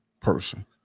person